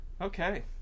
Okay